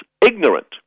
ignorant